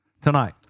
tonight